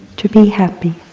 to be happy.